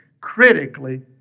critically